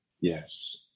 Yes